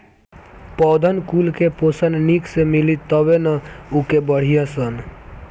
पौधन कुल के पोषन निक से मिली तबे नअ उ के बढ़ीयन सन